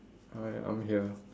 hi I'm here